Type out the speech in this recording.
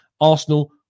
Arsenal